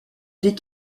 des